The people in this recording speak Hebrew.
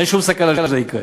אין שום סכנה שזה יקרה.